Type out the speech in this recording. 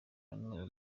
hano